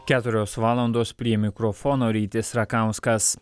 keturios valandos prie mikrofono rytis rakauskas